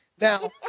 Now